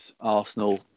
Arsenal